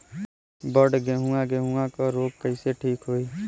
बड गेहूँवा गेहूँवा क रोग कईसे ठीक होई?